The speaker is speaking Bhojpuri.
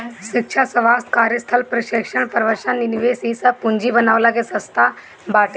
शिक्षा, स्वास्थ्य, कार्यस्थल प्रशिक्षण, प्रवसन निवेश इ सब पूंजी बनवला के रास्ता बाटे